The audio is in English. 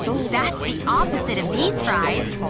that's the opposite of these fries.